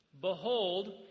behold